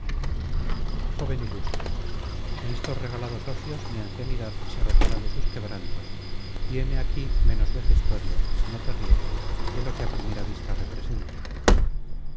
joven ilustre en estos regalados ocios mi ancianidad se repara de sus quebrantos y heme aquí menos vejestorio no te rías de lo que a primera vista represento